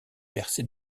percé